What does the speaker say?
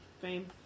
fame